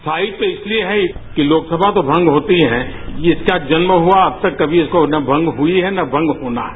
स्थायित्व तो इसलिए है कि लोकसभा तो भंग होती है इसका जन्म हुआ अब तक कमी इसका कमी मंग हुई है न भंग होना है